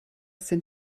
sind